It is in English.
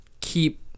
keep